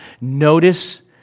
Notice